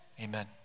Amen